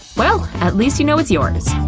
well, at least you know it's yours.